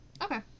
Okay